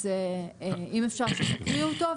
אז אם אפשר שתקריאו אותו,